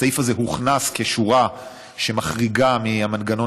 הסעיף הזה הוכנס כשורה שמחריגה מהמנגנון